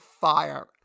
fire